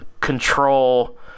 control